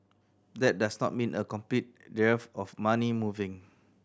that does not mean a complete dearth of money moving